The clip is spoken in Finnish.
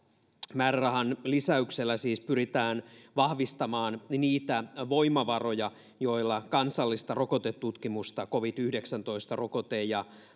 määrärahan lisäyksellä siis pyritään vahvistamaan niitä voimavaroja joilla kansallista rokotetutkimusta covid yhdeksäntoista rokote ja